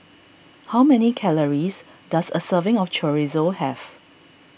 how many calories does a serving of Chorizo have